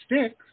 sticks